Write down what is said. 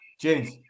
James